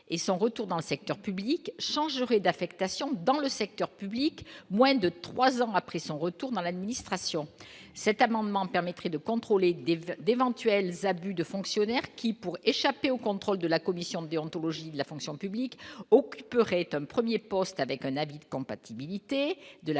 et son retour dans le secteur public changerait d'affectation dans le secteur public, moins de 3 ans après son retour dans l'administration, cet amendement permettrait de contrôler des voeux d'éventuels abus de fonctionnaires qui, pour échapper au contrôle de la commission déontologie de la fonction publique occuperait Tom 1er poste avec un habit de compatibilité de la